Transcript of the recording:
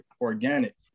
organic